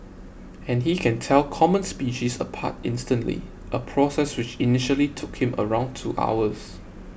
and he can tell common species apart instantly a process which initially took him around two hours